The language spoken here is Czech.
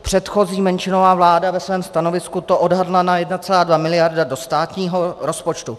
Předchozí menšinová vláda ve svém stanovisku to odhadla na 1,2 miliardy do státního rozpočtu.